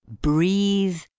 breathe